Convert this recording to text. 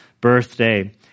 birthday